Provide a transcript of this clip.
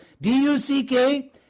D-U-C-K